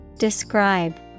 Describe